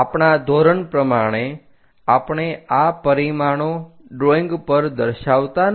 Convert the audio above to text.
આપણા ધોરણ પ્રમાણે આપણે આ પરિમાણો ડ્રોઈંગ પર દર્શાવતા નથી